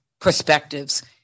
perspectives